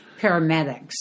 paramedics